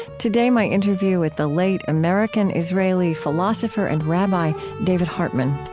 today my interview with the late american-israeli philosopher and rabbi david hartman